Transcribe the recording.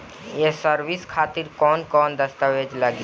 ये सर्विस खातिर कौन कौन दस्तावेज लगी?